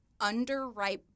underripe